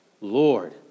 Lord